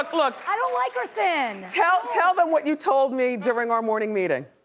look, look i don't like her thin. tell tell them what you told me during our morning meeting.